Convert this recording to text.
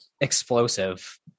explosive